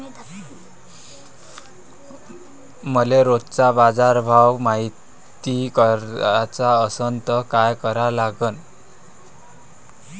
मले रोजचा बाजारभव मायती कराचा असन त काय करा लागन?